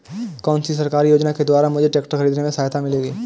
कौनसी सरकारी योजना के द्वारा मुझे ट्रैक्टर खरीदने में सहायता मिलेगी?